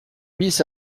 bis